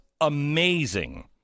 amazing